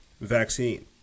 vaccine